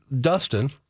Dustin